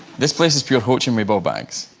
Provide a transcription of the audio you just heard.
this place is pure poaching me bow banks.